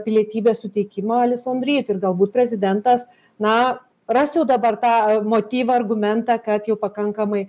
pilietybės suteikimą alis onryt ir galbūt prezidentas na ras jau dabar tą motyvą argumentą kad jau pakankamai